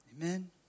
amen